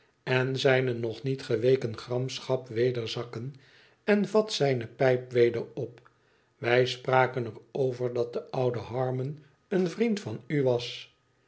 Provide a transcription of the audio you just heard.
en zijne nog niet geweken gramschap weder zakken en vat zijne pijp weder op wij spraken er over dat de oude harmon een vriend van u was